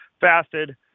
fasted